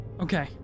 Okay